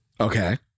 Okay